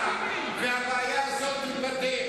הבעיה.